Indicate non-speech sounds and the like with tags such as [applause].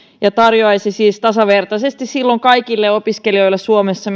ja tarjoaisi siis tasavertaisesti silloin kaikille opiskelijoille suomessa [unintelligible]